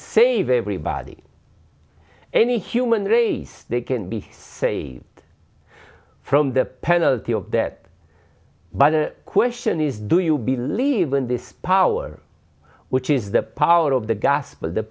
save everybody any human race they can be saved from the penalty of that by the question is do you believe in this power which is the power of the gospel the